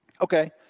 Okay